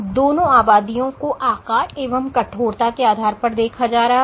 दोनों आबादियों को आकार एवं कठोरता के आधार पर देखा जा रहा है